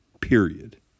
period